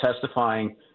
testifying